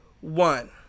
One